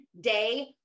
day